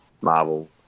Marvel